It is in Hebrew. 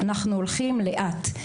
אנחנו הולכים לאט.